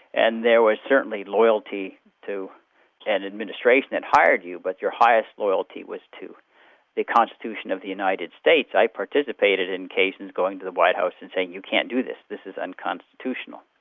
and there was certainly loyalty to the administration that hired you, but your highest loyalty was to the constitution of the united states. i participated in cases going to the white house and saying you can't do this this is unconstitutional.